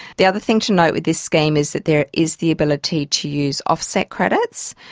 the other thing to note with this scheme is that there is the ability to use offset credits.